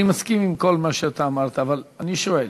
אני מסכים עם כל מה שאתה אמרת, אבל אני שואל: